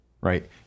right